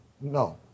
No